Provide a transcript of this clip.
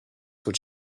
what